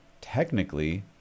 technically